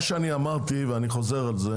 שאמרתי ואני חוזר על זה